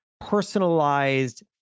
personalized